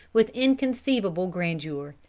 with inconceivable grandeur.